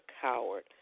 Coward